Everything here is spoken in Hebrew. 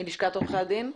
בלשכת עורכי הדין.